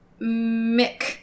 Mick